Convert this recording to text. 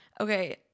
Okay